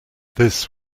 this